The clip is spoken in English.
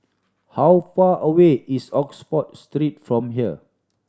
how far away is Oxford Street from here